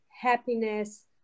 happiness